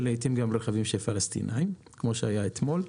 ולעיתים גם על רכבים של פלסטינאים כמו שהיה אתמול,